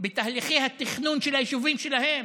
בתהליכי התכנון של היישובים שלהם,